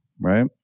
right